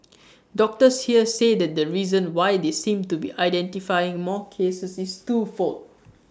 doctors here say that the reason why they seem to be identifying more cases is twofold